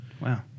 Wow